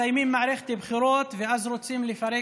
מסיימים מערכת בחירות, ואז רוצים לפרק.